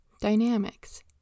Dynamics